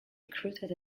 recruited